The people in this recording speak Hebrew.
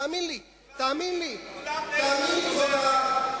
כבוד הרב,